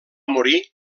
morir